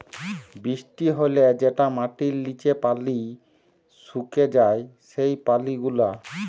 বৃষ্টি হ্যলে যেটা মাটির লিচে পালি সুকে যায় সেই পালি গুলা